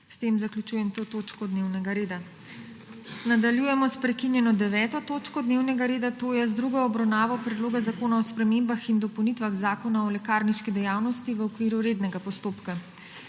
S tem zaključujem to točko dnevnega reda. **Nadaljujemo s prekinjeno****9. točko dnevnega reda, to je z drugo obravnavo Predloga zakona o spremembah in dopolnitvah Zakona o lekarniški dejavnosti v okviru rednega postopka.**